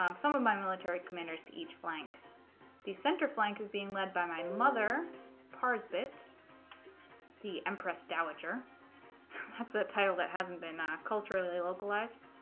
um some of my military commanders to each flank the center flank is being led by my mother pars bitch the empress dowager that's a title that hasn't been not culturally localized